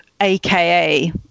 aka